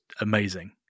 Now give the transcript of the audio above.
amazing